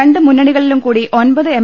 രണ്ട് മുന്നണികളിലും കൂടി ഒമ്പത് എം